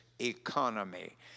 Economy